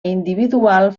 individual